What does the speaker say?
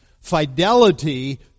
Fidelity